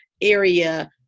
area